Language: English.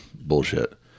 bullshit